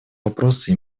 вопросы